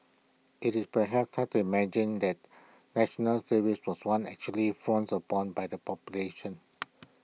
IT is perhaps hard to imagine that National Service was once actually frowned upon by the population